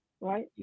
right